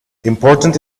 important